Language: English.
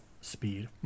speed